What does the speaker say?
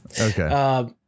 Okay